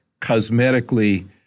cosmetically